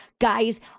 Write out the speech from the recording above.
guys